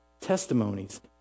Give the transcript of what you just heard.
Testimonies